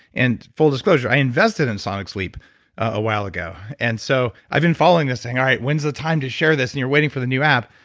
and full disclosure, i invested in sonic sleep a while ago, and so i've been following this thing. all right, when's the time to share this? and you're waiting for the new app.